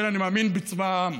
כן, אני מאמין בצבא העם,